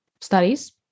studies